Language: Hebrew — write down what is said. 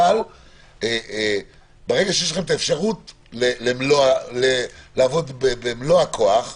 אבל ברגע שיש לכם את האפשרות לעבוד במלוא הכוח,